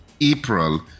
April